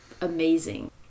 amazing